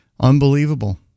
Unbelievable